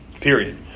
period